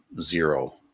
zero